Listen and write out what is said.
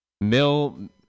Mill